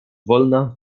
wolna